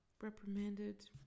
Reprimanded